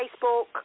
Facebook